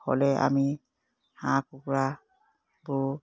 হ'লে আমি হাঁহ কুকুৰাবোৰ